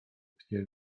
pnie